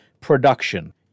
production